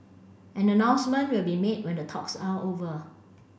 an announcement will be made when the talks are over